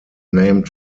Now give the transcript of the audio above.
named